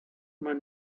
man